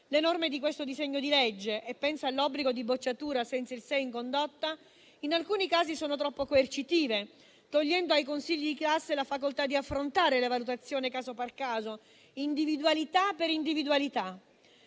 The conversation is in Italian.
Le norme di questo disegno di legge - e penso all'obbligo di bocciatura senza il 6 in condotta - in alcuni casi sono troppo coercitive, togliendo ai consigli di classe la facoltà di affrontare le valutazioni caso per caso, individualità per individualità.